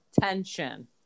tension